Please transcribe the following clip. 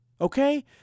okay